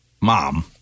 mom